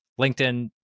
linkedin